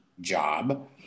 job